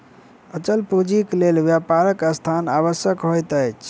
अचल पूंजीक लेल व्यापारक स्थान आवश्यक होइत अछि